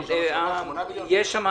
כן, יש שם